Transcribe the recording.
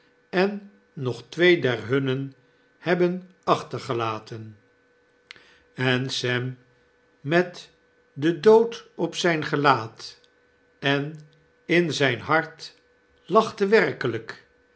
en nog twee der hunnen hebben achtergelaten en sem met den dood op zyn gelaat en in zyn hart lachte werkelyk